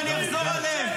ואני אחזור עליהם.